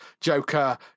Joker